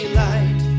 light